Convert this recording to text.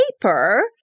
paper